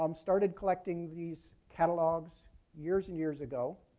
um started collecting these catalogs years and years ago.